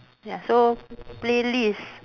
ya so playlist